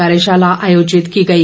कार्यशाला आयोजित की गई